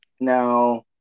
now